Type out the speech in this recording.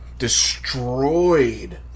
Destroyed